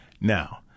Now